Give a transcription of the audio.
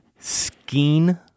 Skeen